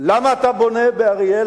למה אתה בונה באריאל?